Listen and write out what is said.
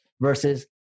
versus